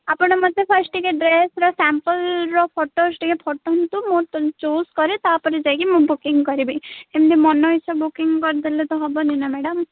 ଆପଣ ମୋତେ ଫାର୍ଷ୍ଟ୍ ଟିକେ ଡ୍ରେସ୍ର ସାମ୍ପଲ୍ର ଫଟୋଜ୍ ଟିକେ ପଠାନ୍ତୁ ମୁଁ ତ ଚୁଜ୍ କରେ ତାପରେ ଯାଇକି ମୁଁ ବୁକିଙ୍ଗ୍ କରିବି ଏମିତି ମନ ଇଚ୍ଛା ବୁକିଙ୍ଗ୍ କରିଦେଲେ ତ ହେବନି ନାଁ ମାଡ଼ାମ୍